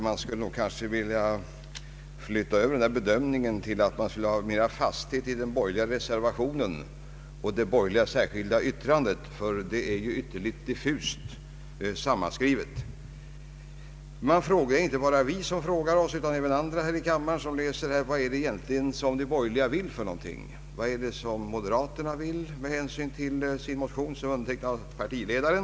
Man skulle kanske vilja flytta över den där bedömningen till att gälla mera fasthet i den borgerliga reservationen och det borgerliga särskilda yttrandet, ty det är ytterst diffust sammanskrivet. Det är inte bara vi som frågar oss utan även andra här i kammaren som läser detta: Vad är det moderaterna vill med sin motion, som är undertecknad av partiledaren?